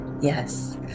yes